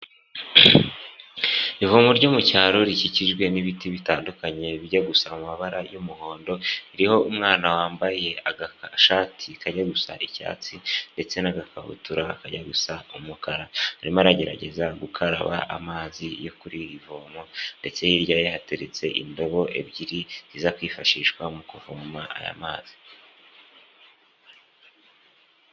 Ivomo ryo mu cyaro rikikijwe n'ibiti bitandukanye bijya gusa mu mabara y'umuhondo; ririho umwana wambaye agashati kajya gusa icyatsi, ndetse n'agakabutura kajya gusa umukara. Arimo aragerageza gukaraba amazi yo kuri iri vomo, ndetse hiryaye hateretse indobo ebyiri ziza kwifashishwa mu kuvoma aya mazi.